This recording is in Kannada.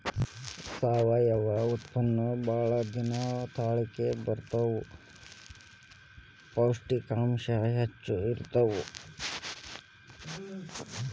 ಸಾವಯುವ ಉತ್ಪನ್ನಾ ಬಾಳ ದಿನಾ ತಾಳಕಿ ಬರತಾವ, ಪೌಷ್ಟಿಕಾಂಶ ಹೆಚ್ಚ ಇರತಾವ